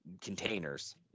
containers